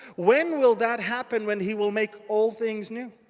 when will that happen when he will make all things new?